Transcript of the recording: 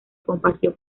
compartió